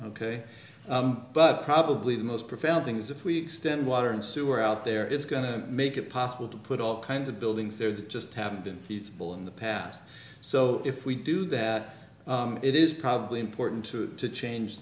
ok but probably the most profound thing is if we extend water and sewer out there is going to make it possible to put all kinds of buildings there that just haven't been feasible in the past so if we do that it is probably important to change